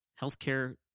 healthcare